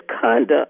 conduct